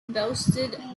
boasted